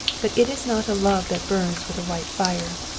but it is not a love that burns with a white fire.